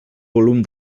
volum